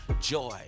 joy